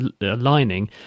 lining